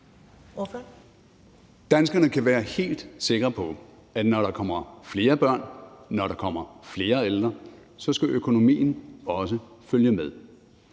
Danskerne kan være helt sikre på, at når der kommer flere børn og flere ældre, skal økonomien også følge med.